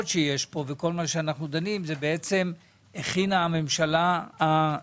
שיש פה וכל מה שאנחנו דנים זה הכינה הממשלה הנוכחית,